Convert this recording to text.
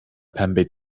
pembe